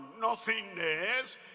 nothingness